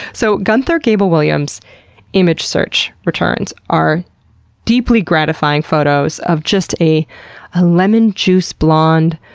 so gunther gebel-williams image search returns are deeply gratifying photos of just a ah lemon-juice blonde,